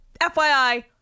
FYI